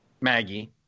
Maggie